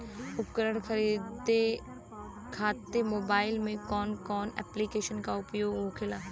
उपकरण खरीदे खाते मोबाइल में कौन ऐप्लिकेशन का उपयोग होखेला?